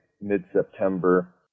mid-September